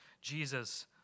Jesus